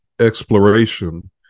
exploration